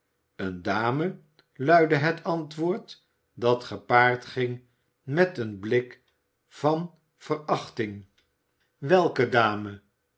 eene dame luidde het antwoord dat gepaard ging met een blik van verachting welke dame